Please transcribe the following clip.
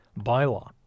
bylaw